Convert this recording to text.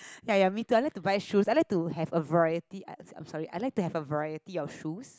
ya ya me too I like to buy shoes I like to have a variety I'm sorry I like to have a variety of shoes